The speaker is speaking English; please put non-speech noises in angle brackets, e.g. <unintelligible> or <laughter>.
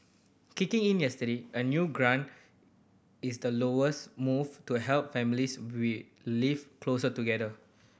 kicking in yesterday a new grant is the lowest move to help families <unintelligible> live closer together